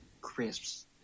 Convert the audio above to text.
crisps